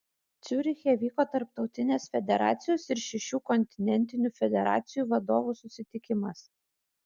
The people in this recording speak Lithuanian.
ciuriche vyko tarptautinės federacijos ir šešių kontinentinių federacijų vadovų susitikimas